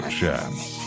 chance